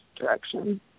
direction